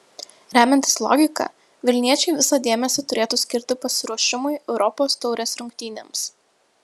remiantis logika vilniečiai visą dėmesį turėtų skirti pasiruošimui europos taurės rungtynėms